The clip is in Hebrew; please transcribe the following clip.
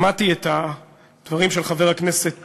שמעתי את הדברים של חבר הכנסת טיבי,